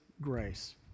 grace